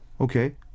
Okay